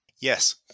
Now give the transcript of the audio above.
Yes